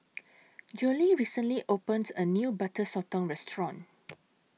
Zollie recently opened A New Butter Sotong Restaurant